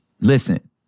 listen